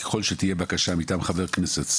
ככל שתהיה בקשה מטעם חבר כנסת,